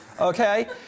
okay